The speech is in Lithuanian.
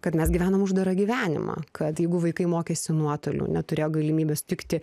kad mes gyvenam uždarą gyvenimą kad jeigu vaikai mokėsi nuotoliu neturėjo galimybės tikti